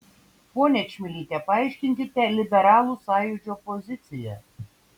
ponia čmilyte paaiškinkite liberalų sąjūdžio poziciją